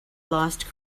lost